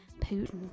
Putin